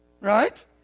right